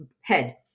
head